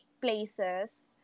places